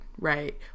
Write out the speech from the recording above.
right